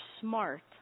smart